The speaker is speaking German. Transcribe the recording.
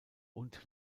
und